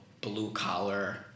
blue-collar